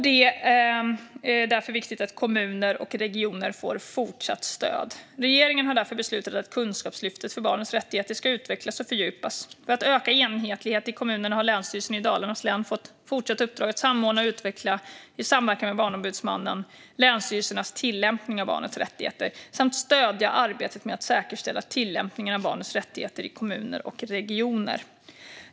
Det är därför viktigt att kommuner och regioner får fortsatt stöd. Regeringen har därför beslutat att kunskapslyftet för barnets rättigheter ska utvecklas och fördjupas. För att öka enhetligheten kommunerna emellan har Länsstyrelsen i Dalarnas län fått ett fortsatt uppdrag att i samverkan med Barnombudsmannen samordna och utveckla länsstyrelsernas tillämpning av barnets rättigheter samt stödja arbetet med att säkerställa tillämpningen av barnets rättigheter i kommuner och regioner.